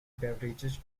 beverages